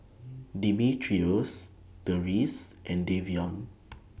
Dimitrios Therese and Davion